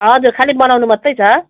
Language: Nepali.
हजुर खालि बनाउनु मात्रै छ